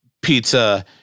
pizza